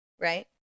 right